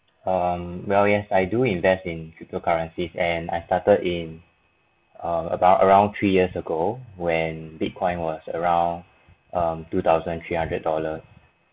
um well yes I do invest in cryptocurrencies and I started in err about around three years ago when bitcoin was around um two thousand three hundred dollar